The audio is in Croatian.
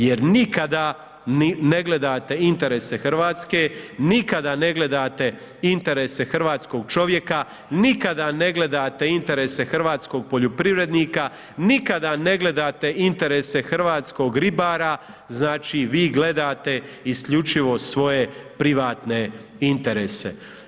Jer nikada ne gledate interese Hrvatske, nikada ne gledate interese hrvatskog čovjeka, nikada ne gledate interese hrvatskog poljoprivrednika, nikada ne gledate interese hrvatskog ribara, znači vi gledate isključivo svoje privatne interese.